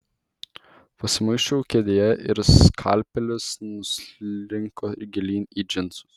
pasimuisčiau kėdėje ir skalpelis nuslinko gilyn į džinsus